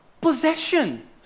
possession